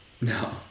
no